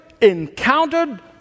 encountered